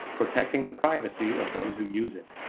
protecting the privacy of those who use it.